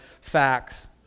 facts